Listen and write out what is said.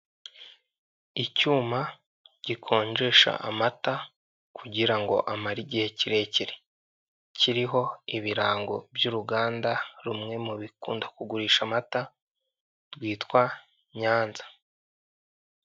Icyuma gikonjesha amata kugira ngo amare igihe kirekire, kiriho ibirango by'uruganda rumwe mu bikunda kugurisha amata rwitwa Nyanza.